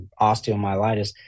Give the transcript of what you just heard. osteomyelitis